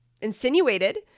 insinuated